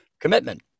commitment